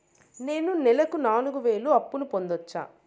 నేను నెలకు నాలుగు వేలు అప్పును పొందొచ్చా?